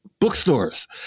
bookstores